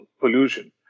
pollution